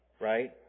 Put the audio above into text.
right